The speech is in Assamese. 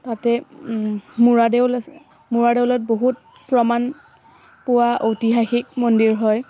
তাতে মূৰা দেউল আছে মূৰা দেউলত বহুত প্ৰমাণ পোৱা ঐতিহাসিক মন্দিৰ হয়